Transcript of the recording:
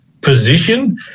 position